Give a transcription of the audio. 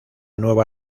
nueva